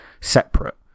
separate